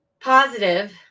positive